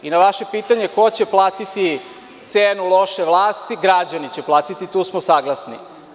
Na vaše pitanje ko će platiti cenu loše vlasti, građani će platiti, tu smo saglasni.